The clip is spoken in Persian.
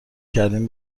کردین